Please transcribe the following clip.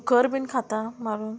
धुकर बीन खाता मारून